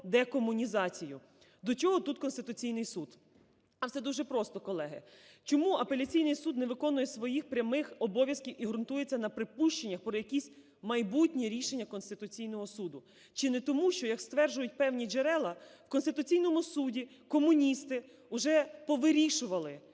До чого тут Конституційний Суд? А все дуже просто, колеги. Чому апеляційний суд не виконує своїх прямих обов'язків і ґрунтується на припущеннях про якість майбутні рішення Конституційного Суду? Чи не тому що, як стверджують певні джерела, в Конституційному Суді комуністи уже повирішували